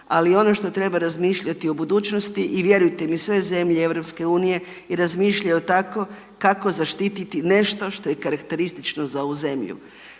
ali ono što treba razmišljati u budućnosti i vjerujte mi sve zemlje EU i razmišljaju tako kako zaštititi nešto što je karakteristično za ovu zemlju.